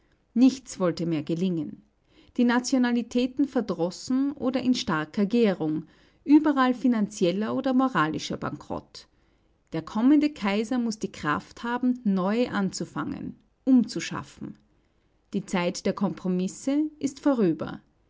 nichts wollte mehr gelingen die nationalitäten verdrossen oder in starker gärung überall finanzieller oder moralischer bankrott der kommende kaiser muß die kraft haben neu anzufangen umzuschaffen die zeit der kompromisse ist vorüber